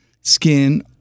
skin